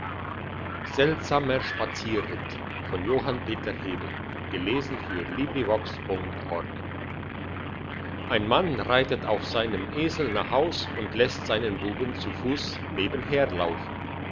seltsamer spazierritt ein mann reitet auf seinem esel nach haus und lässt seinen buben zu fuss nebenher laufen